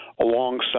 alongside